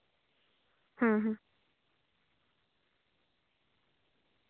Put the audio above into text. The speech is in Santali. ᱦᱩᱸ ᱦᱩᱸ